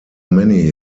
many